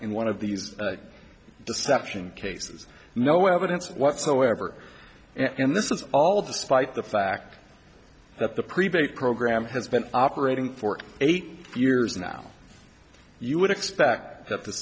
in one of these deception cases no evidence whatsoever and this is all despite the fact that the pre pay program has been operating for eight years now you would expect